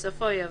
בסעיף קטן (ה),